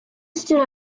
stood